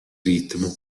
ritmo